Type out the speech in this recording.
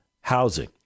housing